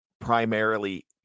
primarily